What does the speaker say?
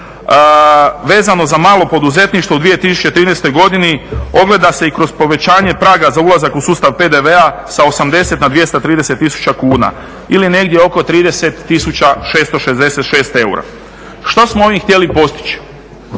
vezano za malo poduzetništvo u 2013. godini ogleda se i kroz povećanje praga za ulazak u sustav PDV-a sa 80 na 230 tisuća kuna ili negdje oko 30 tisuća 666 eura. Što smo ovim htjeli postići?